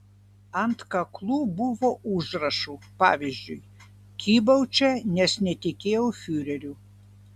ant kaklų buvo užrašų pavyzdžiui kybau čia nes netikėjau fiureriu